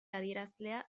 adierazlea